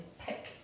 pick